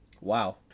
Wow